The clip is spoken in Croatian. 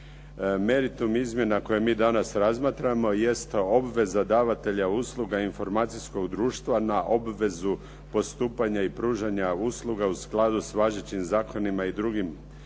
Meritum izmjena koje mi danas razmatramo jest obveza davatelja usluga informacijskog društva na obvezu postupanja i pružanja usluga u skladu s važećim zakonima i drugim